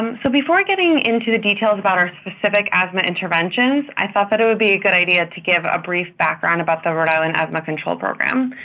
um so, before getting into details about our specific asthma interventions, i thought that it would be a good idea to give a brief background about the rhode island asthma control program.